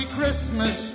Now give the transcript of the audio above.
Christmas